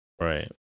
Right